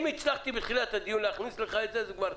אם הצלחתי בתחילת הדיון להכניס לך את זה, זה טוב.